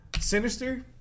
Sinister